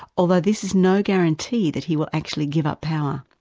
although this is no guarantee that he will actually give up power.